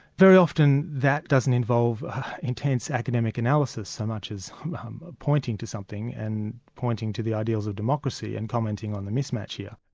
very often that doesn't involve intense academic analysis so much as um pointing to something and pointing to the ideals of democracy, and commenting on the mismatch here.